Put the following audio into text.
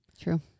True